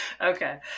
Okay